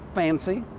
fancy,